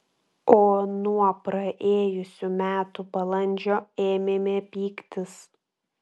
o nuo praėjusių metų balandžio ėmėme pyktis